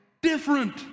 different